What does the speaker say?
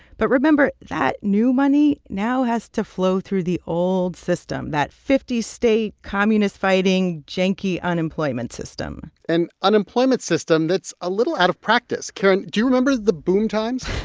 but remember, that new money now has to flow through the old system that fifty state communist-fighting janky unemployment system an unemployment system that's a little out of practice. karen, do you remember the boom times,